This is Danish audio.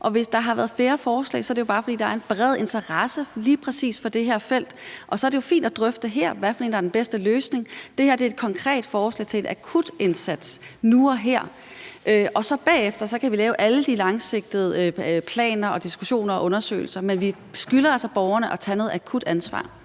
Og hvis der har været flere forslag, er det jo bare, fordi der er en bred interesse lige præcis for det her felt, og så er det jo fint at drøfte her, hvad for en løsning, der er den bedste. Det her er et konkret forslag om en akut indsats nu og her. Bagefter kan vi så lave alle de langsigtede planer og diskussioner og undersøgelser. Men vi skylder altså borgerne at tage noget akut ansvar.